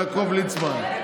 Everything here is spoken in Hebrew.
חבר הכנסת יעקב ליצמן,